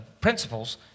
principles